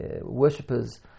worshippers